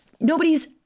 nobody's